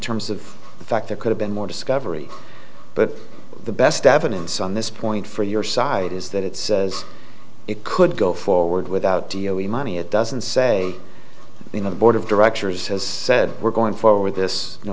terms of the fact there could have been more discovery but the best evidence on this point for your side is that it says it could go forward without g o p money it doesn't say in the board of directors has said we're going forward this no